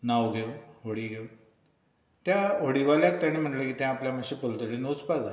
न्हांव घेवन व्हडी घेवन त्या व्हडी वाल्याक तेणें म्हणलें कितें आपल्याक मात्शें पलतडी वचपा जाय